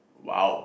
!wow!